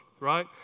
right